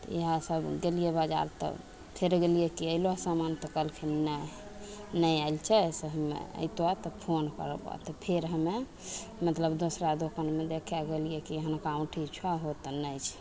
तऽ इएह सब गेलियै बजार तऽ फेर गेलियै कि अयलौ सामान तऽ कहलकय नहि नहि आयल छै से हमे ऐतौ तऽ फोन करबऽ फेर हमे मतलब दोसरा दोकानमे देखऽ गेलियै कि एहनका औँठी छऽ हो तऽ नहि छै